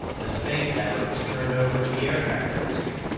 the space effort was turned over to the aircraft industry,